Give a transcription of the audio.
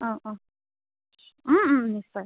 অ' অ' নিশ্চয়